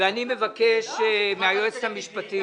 אני מבקש נמצאת פה היועצת המשפטית